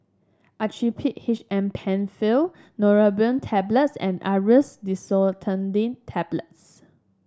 Actrapid H M Penfill Neurobion Tablets and Aerius DesloratadineTablets